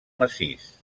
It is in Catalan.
massís